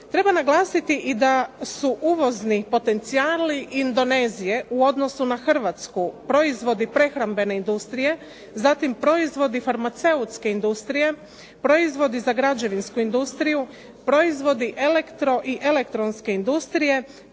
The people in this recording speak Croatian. Treba naglasiti da su uvozni potencijali Indonezije u odnosu na Hrvatsku, proizvodi prehrambene industrije, zatim proizvodi farmaceutske industrije, proizvodi za građevinsku industriju, proizvodi elektro i elektronske industrije,